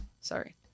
sorry